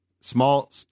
Small